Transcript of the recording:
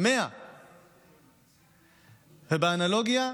100. באנלוגיה,